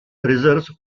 reserves